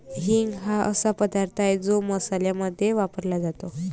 हिंग हा असा पदार्थ आहे जो मसाल्यांमध्ये वापरला जातो